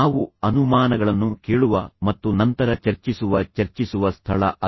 ನಾವು ಅನುಮಾನಗಳನ್ನು ಕೇಳುವ ಮತ್ತು ನಂತರ ಚರ್ಚಿಸುವ ಚರ್ಚಿಸುವ ಸ್ಥಳ ಅದು